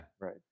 right